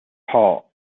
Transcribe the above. paul